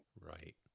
right